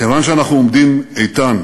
כיוון שאנחנו עומדים איתן